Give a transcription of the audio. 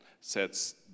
sets